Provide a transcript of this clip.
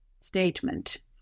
statement